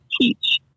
teach